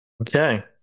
Okay